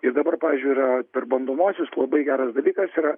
ir dabar pavyzdžiui yra per bandomuosiu labai geras dalykas yra